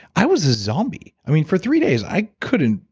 i was a zombie. i mean, for three days i couldn't.